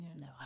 no